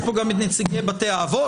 יש פה גם את נציגי בתי האבות.